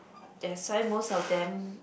that's why most of them